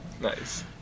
Nice